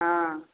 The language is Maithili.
हँ